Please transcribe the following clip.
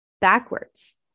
backwards